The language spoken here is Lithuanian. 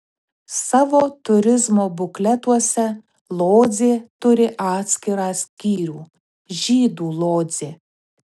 savo turizmo bukletuose lodzė turi atskirą skyrių žydų lodzė